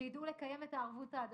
שיידעו לקיים את הערבות ההדדית,